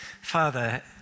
Father